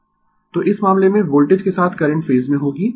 Refer Slide Time 0719 तो इस मामले में वोल्टेज के साथ करंट फेज में होगी